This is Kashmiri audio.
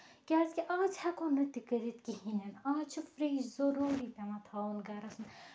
کیازِ کہِ آز ہیٚکو نہٕ تہِ کٔرِتھ کِہیٖنۍ آز چھُ فرج ضروٗری پیٚوان تھاوُن گرس منٛز